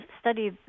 study